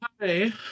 hi